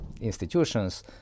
institutions